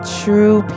true